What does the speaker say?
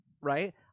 right